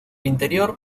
interior